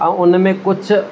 ऐं हुन में कुझु